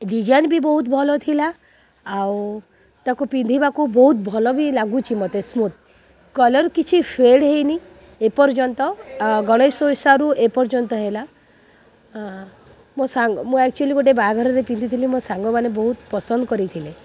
design ବି ବହୁତ ଭଲ ଥିଲା ଆଉ ତାକୁ ପିନ୍ଧିବାକୁ ବହୁତ ଭଲ ବି ଲାଗୁଛି ମୋତେ ସ୍ମୁଥ୍ କଲର୍ କିଛି ଫେଡ୍ ହୋଇନି ଏପର୍ଯ୍ୟନ୍ତ ଗଣେଶ ଓଷାରୁ ଏପର୍ଯ୍ୟନ୍ତ ହେଲା ମୋ ସାଙ୍ଗ ମୁଁ ଆକଚୁଲି ଗୋଟେ ବାହାଘରରେ ଥିଲି ମୋ ସାଙ୍ଗ ମାନେ ବହୁତ ପସନ୍ଦ କରିଥିଲେ